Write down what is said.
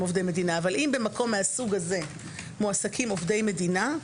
עובדי מדינה אבל אם במקום מסוג זה מועסקים עובדי מדינה,